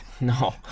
no